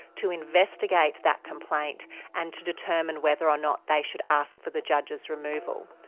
to investigate that complaint and to determine whether or not they should ask for the judge's removal.